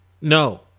No